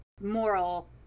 moral